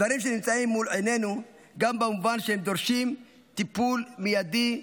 דברים שנמצאים מול עינינו גם במובן שהם דורשים טיפול מיידי,